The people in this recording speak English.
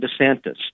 DeSantis